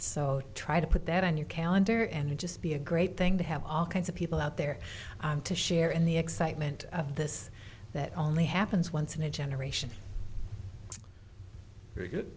so try to put that on your calendar and it just be a great thing to have all kinds of people out there to share in the excitement of this that only happens once in a generation